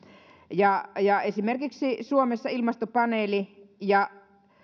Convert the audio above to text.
ja ja esimerkiksi suomessa ilmastopaneeli ja